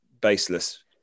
baseless